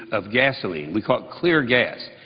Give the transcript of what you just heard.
of gasoline. we call it clear gas.